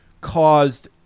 caused